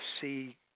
see